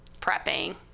prepping